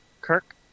Kirk